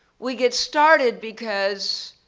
we get started because,